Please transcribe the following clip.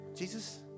Jesus